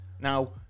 now